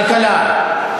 כלכלה.